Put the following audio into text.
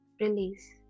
release